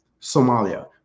Somalia